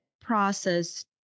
process